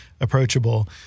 approachable